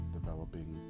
developing